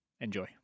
Enjoy